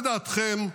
לדעתכם,